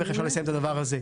ואיך אפשר לסיים את הדבר הזה.